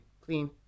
Clean